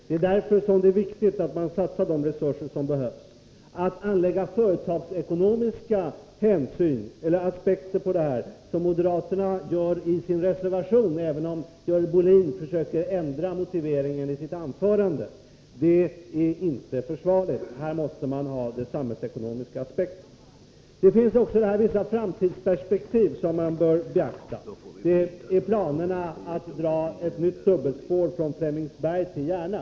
Det är därför som det är viktigt att man satsar de resurser som behövs. Att anlägga företagsekonomiska aspekter på detta, som moderaterna gör i sin reservation, även om Görel Bohlin försökte ändra motiveringen i sitt anförande, är inte försvarligt. Här måste man ha samhällsekonomiska aspekter. Det finns också vissa framtidsperspektiv som man bör beakta. Det gäller planerna att dra ett nytt dubbelspår från Flemingsberg till Järna.